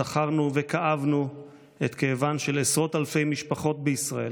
זכרנו וכאבנו את כאבן של עשרות אלפי משפחות בישראל